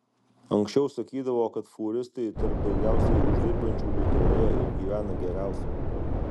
anksčiau sakydavo kad fūristai tarp daugiausiai uždirbančių lietuvoje ir gyvena geriausiai